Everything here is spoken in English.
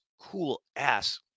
cool-ass